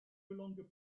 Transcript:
longer